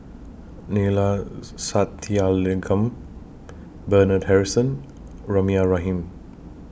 Neila Sathyalingam Bernard Harrison Rahimah Rahim